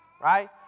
right